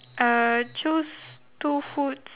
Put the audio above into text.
uh choose two foods